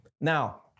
Now